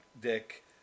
Dick